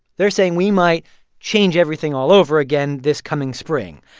they're saying, we might change everything all over again this coming spring.